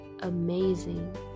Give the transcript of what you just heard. amazing